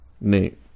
Neat